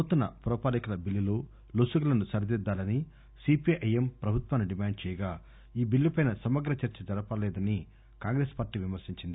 నూతన పురపాలికల బిల్లులో లొసుగులను సరిదిద్దాలని సీపీఐఎం ప్రభుత్వాన్ని డిమాండ్ చేయగా ఈ బిల్లుపై సమగ్ర చర్చ జరపలేదని కాంగ్రెస్ పార్టీ విమర్శించింది